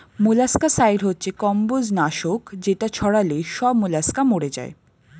molluscicide হচ্ছে কম্বোজ নাশক যেটা ছড়ালে সব মোলাস্কা মরে যায়